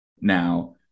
now